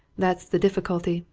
that's the difficulty,